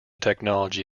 technology